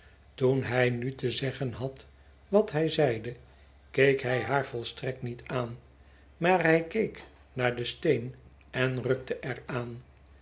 toen hij nu te zeggen had wat hij zeide keek hij haar volstrekt niet aan maar hij keek naar den steen en rukte er